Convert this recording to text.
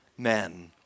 Men